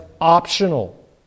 optional